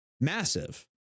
massive